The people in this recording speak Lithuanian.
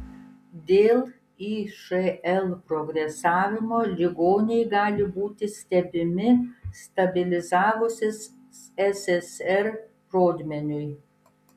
dėl išl progresavimo ligoniai gali būti stebimi stabilizavusis ssr rodmeniui